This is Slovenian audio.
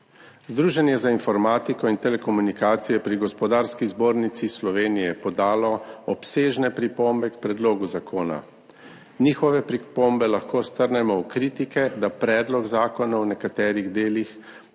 Združenje za informatiko in telekomunikacije pri Gospodarski zbornici Slovenije je podalo obsežne pripombe k predlogu zakona. Njihove pripombe lahko strnemo v kritike, da predlog zakona v nekaterih delih